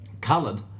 Coloured